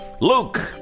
Luke